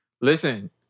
listen